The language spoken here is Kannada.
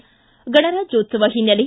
ಿ ಗಣರಾಜ್ಯೋತ್ಲವ ಹಿನ್ನೆಲೆ